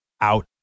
out